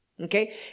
okay